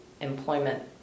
employment